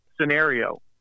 scenario